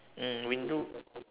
mm window